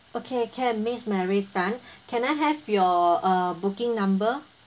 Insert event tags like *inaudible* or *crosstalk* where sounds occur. okay can miss mary tan *breath* can I have your uh booking number